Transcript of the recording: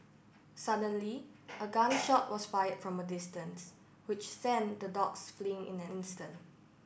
suddenly a gun shot was fired from a distance which sent the dogs fleeing in an instant